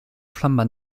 flambant